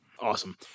Awesome